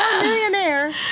millionaire